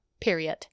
Period